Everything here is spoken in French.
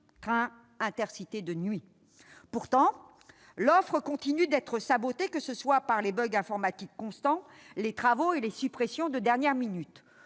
trains Intercités de nuit. Pourtant, l'offre continue d'être sabotée par les bugs informatiques constants, les travaux et les suppressions de dernière minute.